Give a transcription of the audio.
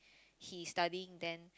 he's studying then